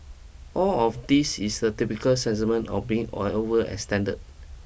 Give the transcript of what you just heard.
all of this is the typical sentiment of being or overextended